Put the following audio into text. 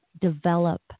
develop